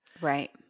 Right